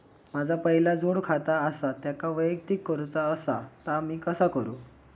माझा पहिला जोडखाता आसा त्याका वैयक्तिक करूचा असा ता मी कसा करू?